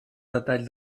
detall